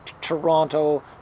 Toronto